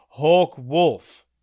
Hawkwolf